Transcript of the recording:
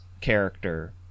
character